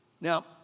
Now